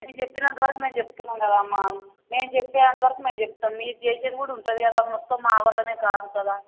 మేము చెప్పినంతవరకు మేము చెప్తున్నాను కదా అమ్మ మేం చెప్పేంతవరకు మేం చెప్తాం మీరు చేసేది కూడా ఉంటుంది కదా అమ్మ మొత్తం మావల్లనే కాదు కదా